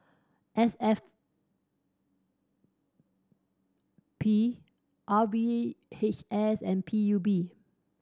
S F P R V H S and P U B